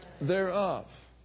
thereof